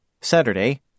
Saturday